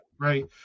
right